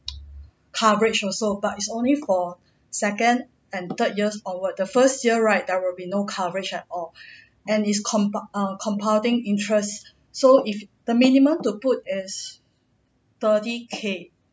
coverage also but it's only for second and third years onward the first year right there will be no coverage at all and is compound err compounding interest so if the minimum to put is thirty K